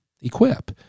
Equip